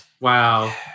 Wow